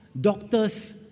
doctors